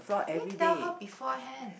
you need tell her beforehand